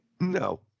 No